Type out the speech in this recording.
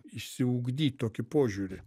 išsiugdyt tokį požiūrį